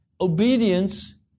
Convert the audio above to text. Obedience